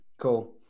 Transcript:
Cool